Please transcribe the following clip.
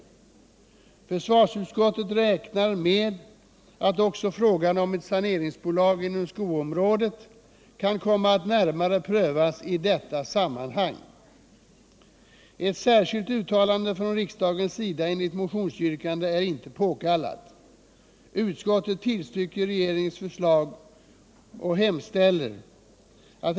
Försvarsutskottet räknar med att också frågan om ett saneringsbolag inom skoområdet kan komma att närmare prövas i detta sammanhang. Ett särskilt uttalande från riksdagens sida enligt motionsyrkandet är inte påkallat. Herr talman!